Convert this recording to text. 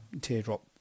teardrop